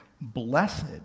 blessed